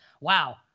wow